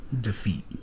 Defeat